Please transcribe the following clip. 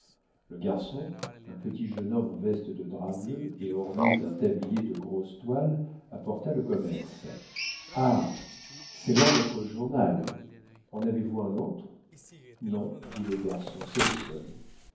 le garçon un petit jeune homme en veste de drap bleu et orné d'un tablier de grosse toile apporta le commerce ah c'est là votre journal en avez-vous un autre non dit le garçon c'est le seul